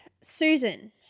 Susan